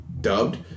dubbed